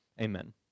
Amen